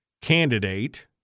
candidate